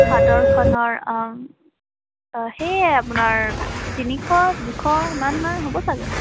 চাদৰখনৰ অ' সেয়ে আপোনাৰ তিনিশ দুশ ইমান মান হ'ব চাগে